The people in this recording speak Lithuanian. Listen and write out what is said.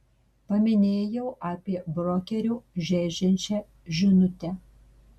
paminėjau apie brokerio žeidžiančią žinutę